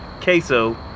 Queso